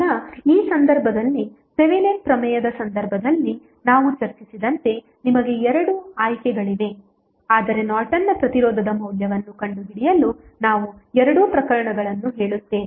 ಈಗ ಈ ಸಂದರ್ಭದಲ್ಲಿ ಥೆವೆನಿನ್ ಪ್ರಮೇಯದ ಸಂದರ್ಭದಲ್ಲಿ ನಾವು ಚರ್ಚಿಸಿದಂತೆ ನಿಮಗೆ ಎರಡು ಆಯ್ಕೆಗಳಿವೆ ಆದರೆ ನಾರ್ಟನ್ನ ಪ್ರತಿರೋಧದ ಮೌಲ್ಯವನ್ನು ಕಂಡುಹಿಡಿಯಲು ನಾವು ಎರಡು ಪ್ರಕರಣಗಳನ್ನು ಹೇಳುತ್ತೇವೆ